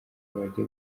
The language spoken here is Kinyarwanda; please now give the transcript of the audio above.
bajya